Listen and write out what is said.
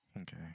okay